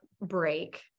break